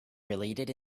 related